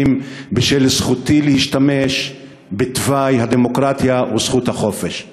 בשל זכותי להשתמש בתוואי הדמוקרטיה וזכות החופש.